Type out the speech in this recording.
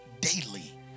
daily